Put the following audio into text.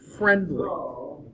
friendly